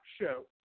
show